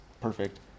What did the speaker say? perfect